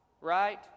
right